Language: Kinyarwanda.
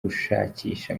gushakisha